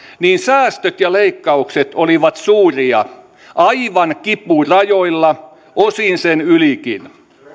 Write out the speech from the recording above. niin säästöt ja leikkaukset olivat suuria aivan kipurajoilla osin sen ylikin